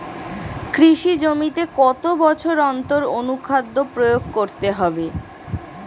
কৃষি জমিতে কত বছর অন্তর অনুখাদ্য প্রয়োগ করতে হবে?